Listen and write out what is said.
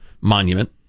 monument